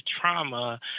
trauma